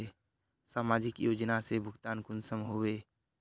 समाजिक योजना से भुगतान कुंसम होबे?